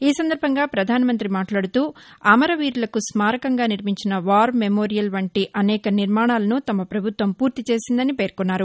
ఈ సందర్బంగా ప్రధానమంతి మాట్లాడుతూ అమరవీరులకు స్మారకంగా నిర్మించిస వార్ మెమోరియల్ వంటి అనేక నిర్మాణాలను తమ ప్రభుత్వం పూర్తిచేసిందని పేర్కొన్నారు